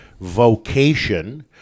vocation